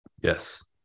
Yes